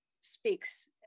speaks